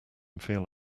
feel